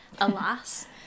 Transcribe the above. alas